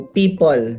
people